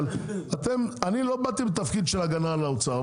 אבל אני לא באתי בתפקיד של הגנה על האוצר,